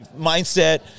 mindset